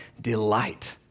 delight